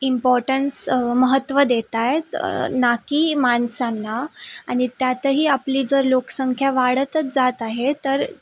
importance महत्त्व देत आहेत ना की माणसांना आणि त्यातही आपली जर लोकसंख्या वाढतच जात आहे तर